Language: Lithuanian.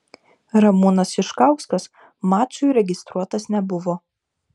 ramūnas šiškauskas mačui registruotas nebuvo